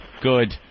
good